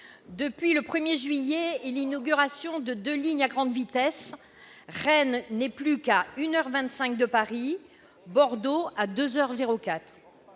Depuis le 1 juillet et l'inauguration de deux lignes à grande vitesse, Rennes n'est plus qu'à 1 heure 25 de Paris et Bordeaux à 2